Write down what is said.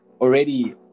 Already